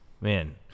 man